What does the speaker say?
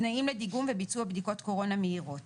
תנאים לדיגום וביצוע בדיקות קורונה מהירות